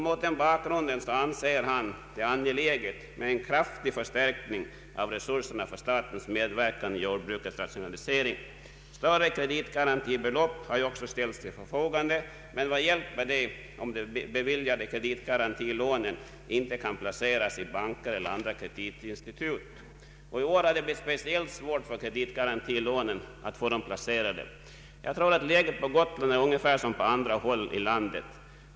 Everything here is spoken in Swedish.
Mot den bakgrunden ansåg han det angeläget med en kraftig förstärkning av resurserna för statens medverkan i jordbrukets rationalisering. Större kreditgarantibelopp har också ställts till förfogande. Men vad hjälper detta om de beviljade kreditgarantilånen inte kan placeras i banker eller andra kreditinstitut? I år har det blivit speciellt svårt att få kreditgarantilånen placerade. Läget på Gotland är ungefär som på andra håll i landet.